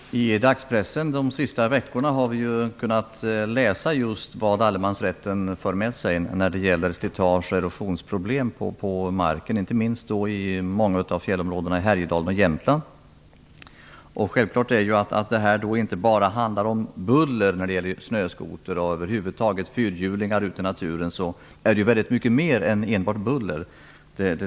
Fru talman! I dagspressen de senaste veckorna har vi kunnat läsa just vad allemansrätten för med sig när det gäller slitage och erosionsproblem på marken, inte minst i många av fjällområdena i Härjedalen och i Jämtland. Det är självklart att det inte bara handlar om buller när det gäller snöskoter och över huvud taget fyrhjulingar ute i naturen. Det handlar om mycket mer än buller.